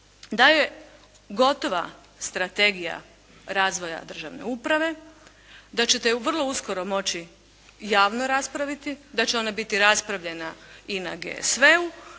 da je gotova strategija razvoja državne uprave, da će te ju vrlo uskoro moći javno raspraviti, da će ona biti raspravljena i na GSV-u